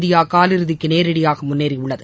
India காவிறுதிக்கு நேரடியாக முன்னேறியுள்ளது